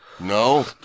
No